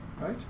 right